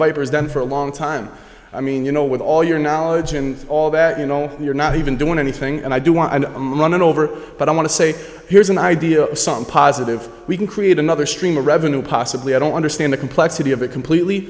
president for a long time i mean you know with all your knowledge and all that you know you're not even doing anything and i do want and i'm on over but i want to say here's an idea some positive we can create another stream of revenue possibly i don't understand the complexity of it completely